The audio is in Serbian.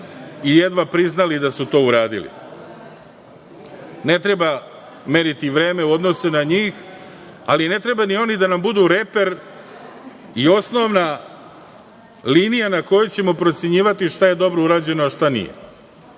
i jedva priznali da su to uradili. Ne treba meriti vreme u odnosu na njih, ali ne treba ni oni da nam budu reper i osnovna linija na kojoj ćemo procenjivati šta je dobro urađeno, a šta nije.